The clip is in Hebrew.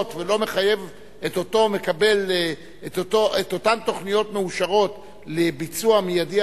ולא מחייב את אותן תוכניות מאושרות לביצוע מיידי,